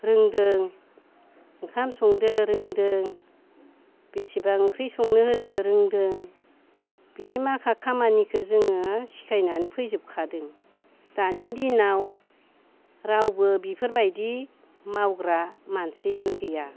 रोंदो ओंखाम सोंदो बेसेबा ओंख्रि सोंनो होदो रोंदो बे माखा खामानिखौ जोङो सिखायनानै फैजोब खादो दानि दिनाव रावबो बेफोर बायदि मावग्रा मानसियानो गैया